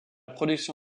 production